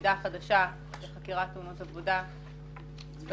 שהיחידה החדשה לחקירת תאונות עבודה אמורה